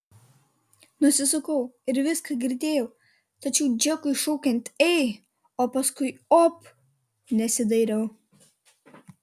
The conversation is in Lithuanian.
nusisukau ir viską girdėjau tačiau džekui šaukiant ei o paskui op nesidairiau